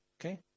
okay